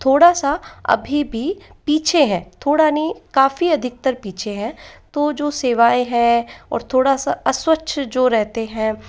थोड़ा सा अभी भी पीछे हैं थोड़ा नहीं काफ़ी अधिकतर पीछे हैं तो जो सेवाएं है ओर थोड़ा सा अस्वच्छ जो रहते हैं